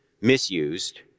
misused